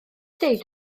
dweud